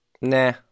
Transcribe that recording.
Nah